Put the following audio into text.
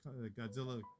Godzilla